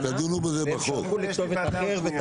והם שלחו לכתובת אחרת,